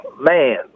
man